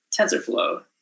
TensorFlow